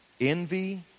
envy